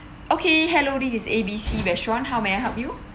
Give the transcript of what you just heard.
okay hello this is A B C restaurant how may I help you